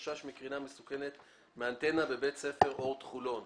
חשש מקרינה מסוכנת מאנטנה בבית ספר אורט חולון.